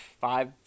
five